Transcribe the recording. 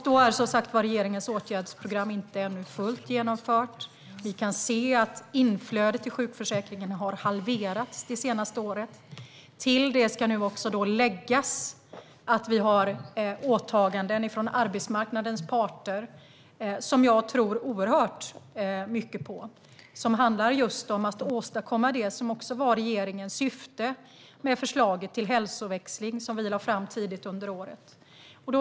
Då är regeringens åtgärdsprogram inte ännu fullt genomfört. Vi kan se att inflödet i sjukförsäkringen har halverats det senaste året. Till det ska också läggas att vi har åtaganden från arbetsmarknadens parter som jag tror oerhört mycket på och som handlar om att åstadkomma det som också var regeringens syfte med förslaget till hälsoväxling, som vi lade fram tidigt under året.